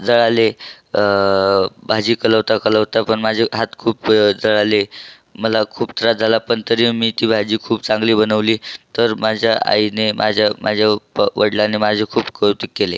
जळाले भाजी कलवता कलवता पण माझे हात खूप जळाले मला खूप त्रास झाला पण तरी मी ती भाजी खूप चांगली बनवली तर माझ्या आईने माझ्या माझ्या उप वडलाने माझे खूप कौतुक केले